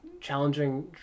challenging